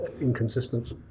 inconsistent